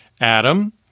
Adam